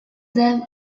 them